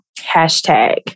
hashtag